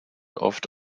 oft